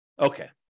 Okay